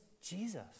Jesus